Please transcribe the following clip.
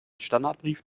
standardbrief